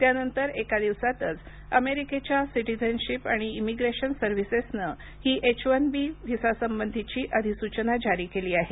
त्यानंतर एका दिवसातच अमेरिकेच्या सिटिझनशिप आणि इमिग्रेशन सर्व्हिसेसनं ही एच वन बी व्हिसासंबंधीची अधिसूचना जारी केली आहे